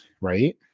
right